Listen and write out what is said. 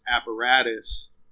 apparatus